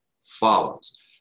follows